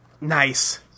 Nice